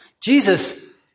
Jesus